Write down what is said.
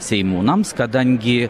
seimūnams kadangi